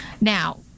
Now